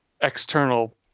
external